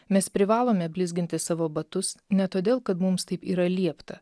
mes privalome blizginti savo batus ne todėl kad mums taip yra liepta